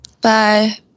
Bye